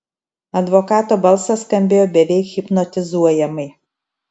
advokato balsas skambėjo beveik hipnotizuojamai